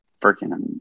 freaking